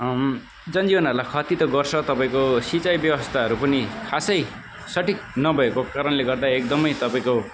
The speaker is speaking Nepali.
जनजीवनहरूलाई खती त गर्छ तपाईँको सिँचाइ व्यवस्थाहरू पनि खासै सठिक नभएको कारणले गर्दा एकदमै तपाईँको